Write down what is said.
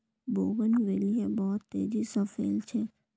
bougainvillea बहुत तेजी स फैल छेक